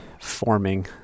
forming